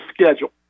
schedule